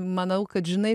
manau kad žinai